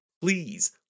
please